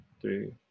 three